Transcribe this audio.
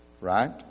Right